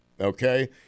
okay